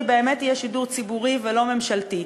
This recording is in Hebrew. באמת יהיה שידור ציבורי ולא ממשלתי,